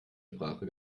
sprache